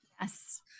Yes